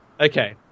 Okay